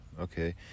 okay